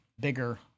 bigger